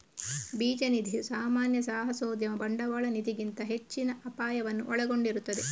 ಬೀಜ ನಿಧಿಯು ಸಾಮಾನ್ಯ ಸಾಹಸೋದ್ಯಮ ಬಂಡವಾಳ ನಿಧಿಗಿಂತ ಹೆಚ್ಚಿನ ಅಪಾಯವನ್ನು ಒಳಗೊಂಡಿರುತ್ತದೆ